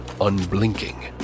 unblinking